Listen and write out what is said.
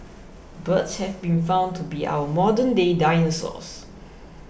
birds have been found to be our modernday dinosaurs